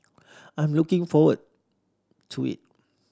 I'm looking forward to it